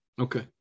Okay